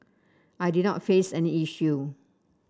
I did not face any issue